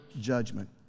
judgment